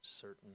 certain